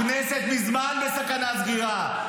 הכנסת מזמן בסכנת סגירה.